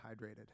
hydrated